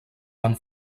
van